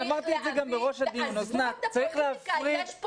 יש פה